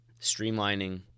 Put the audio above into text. streamlining